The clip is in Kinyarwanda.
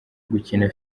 gukina